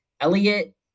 Elliot